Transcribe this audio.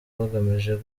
bagamije